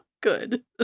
Good